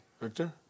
Victor